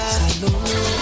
salute